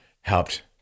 helped